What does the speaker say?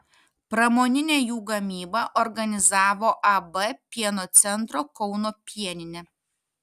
pramoninę jų gamybą organizavo ab pieno centro kauno pieninė